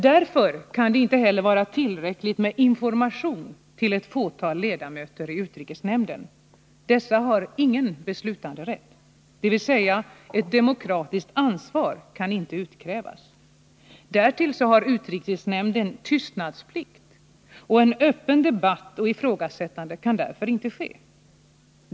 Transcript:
Därför kan det inte heller vara tillräckligt med information till ett fåtal ledamöter i utrikesnämnden. Dessa har ingen beslutanderätt — dvs. ett demokratiskt ansvar kan inte utkrävas. Därtill har utrikesnämnden tystnadsplikt. Öppen debatt och ifrågasättande kan därför inte ske.